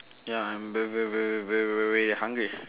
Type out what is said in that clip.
ya I'm very very very very very hungry